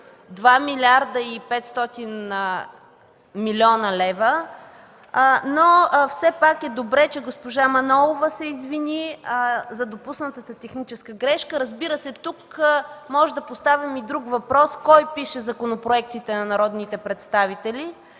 2 млрд. 500 млн. лв., но все пак е добре, че госпожа Манолова се извини за допуснатата техническа грешка. Разбира се, тук можем да поставим и друг въпрос: кой пише законопроектите на народните представители